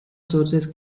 sources